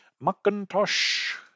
Macintosh